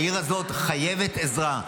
העיר הזאת חייבת עזרה.